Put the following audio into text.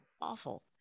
awful